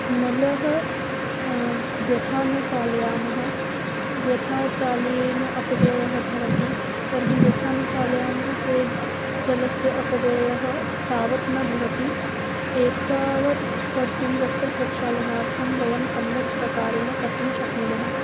नलः व्यथा न चालयामः व्यथाचालनेन अपव्ययः भवति तर्हि व्यथा न चालयामः चेद् जलस्य अपव्ययः तावत् न भवति एतावत् कर्तुं वस्त्रप्रक्षालनार्थं वयं सम्यक् प्रकारेण कर्तुं शक्नुमः